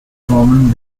common